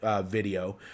video